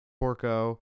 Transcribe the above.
Porco